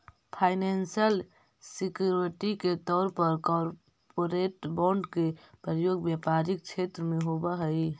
financial security के तौर पर कॉरपोरेट बॉन्ड के प्रयोग व्यापारिक क्षेत्र में होवऽ हई